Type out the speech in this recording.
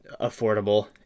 affordable